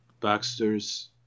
Baxter's